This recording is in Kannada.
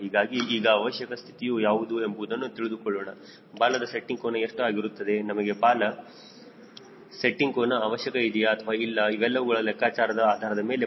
ಹೀಗಾಗಿ ಈಗ ಅವಶ್ಯಕ ಸ್ಥಿತಿಯು ಯಾವುದು ಎಂಬುದನ್ನು ತಿಳಿದುಕೊಳ್ಳೋಣ ಬಾಲದ ಸೆಟ್ಟಿಂಗ್ ಕೋನ ಎಷ್ಟು ಆಗಿರುತ್ತದೆ ನಮಗೆ ಬಾಲ ಸೆಟ್ಟಿಂಗ್ ಕೋನ ಅವಶ್ಯಕ ಇದೆಯಾ ಅಥವಾ ಇಲ್ಲ ಇವೆಲ್ಲವುಗಳನ್ನು ಲೆಕ್ಕಾಚಾರದ ಆಧಾರದ ಮೇಲೆ ಪಡೆದುಕೊಳ್ಳಬಹುದು